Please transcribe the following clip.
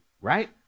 Right